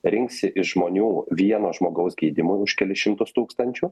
rinksi iš žmonių vieno žmogaus gydymui už kelis šimtus tūkstančių